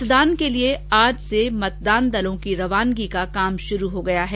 मतदान के लिए आज से मतदान दलों की रवानगी का काम शुरू हो गया है